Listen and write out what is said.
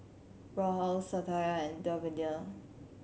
Rahul Satya and Davinder